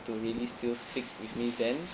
to really still stick with me then